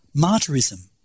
Martyrism